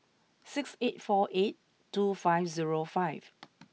six eight four eight two five zero five